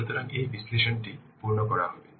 সুতরাং এই বিশ্লেষণ টি পূরণ করা হবে